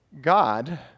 God